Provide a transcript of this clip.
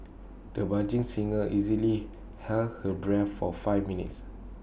the budding singer easily held her breath for five minutes